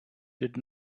did